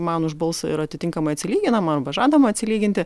man už balsą ir atitinkamai atsilyginama arba žadama atsilyginti